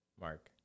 Mark